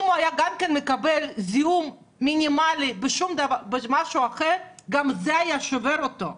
אם הוא היה גם מקבל זיהום מינימלי במשהו אחר גם זה היה שובר אותו.